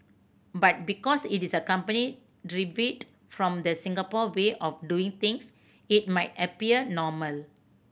but because it is a company from the Singapore way of doing things it might appear normal